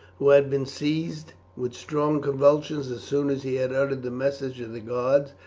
who had been seized with strong convulsions as soon as he had uttered the message of the gods,